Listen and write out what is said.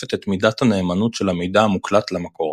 משקפת את מידת הנאמנות של המידע המוקלט למקור.